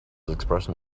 expression